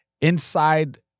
inside